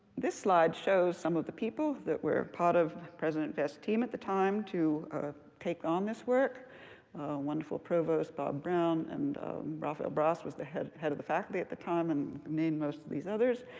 this slide shows some of the people that were part of president vest's team at the time to take on this work wonderful provost bob brown, and raphael bras was the head head of the faculty at the time and me and most of these others.